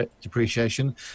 depreciation